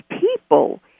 people